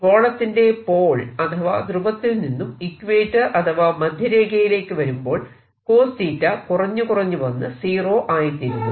ഗോളത്തിന്റെ പോൾ അഥവാ ധ്രുവത്തിനും നിന്നും ഇക്യുവെറ്റർ അഥവാ മധ്യരേഖയിലേക്ക് വരുമ്പോൾ കുറഞ്ഞു കുറഞ്ഞു വന്ന് സീറോ ആയിത്തീരുന്നു